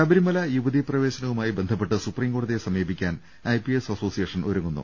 ശബരിമല യുവതീ പ്രവേശനവുമായി ബന്ധപ്പെട്ട് സുപ്രീംകോ ടതിയെ സമീപിക്കാൻ ഐ പി എസ് അസോസിയേഷൻ ഒരുങ്ങുന്നു